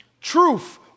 Truth